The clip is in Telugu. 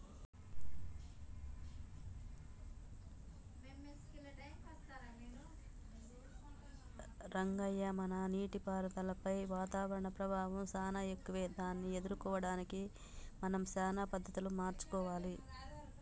రంగయ్య మన నీటిపారుదలపై వాతావరణం ప్రభావం సానా ఎక్కువే దాన్ని ఎదుర్కోవడానికి మనం సానా పద్ధతులు మార్చుకోవాలి